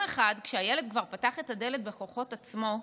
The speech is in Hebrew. יום אחד, כשהילד כבר פתח את הדלת בכוחות עצמו,